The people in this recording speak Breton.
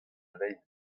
lein